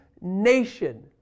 nation